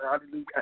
hallelujah